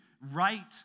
right